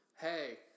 Hey